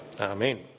Amen